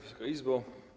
Wysoka Izbo!